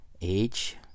age